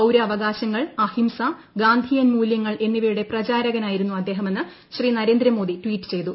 പൌരാവകാശ ങ്ങൾ അഹിംസ ഗാന്ധിയൻ മൂല്യങ്ങൾ എന്നിവയുടെ പ്രചാരകനായി രുന്നു അദ്ദേഹമെന്ന് ശ്രീ നരേന്ദ്ര മോദി ട്വീറ്റ് ചെയ്തു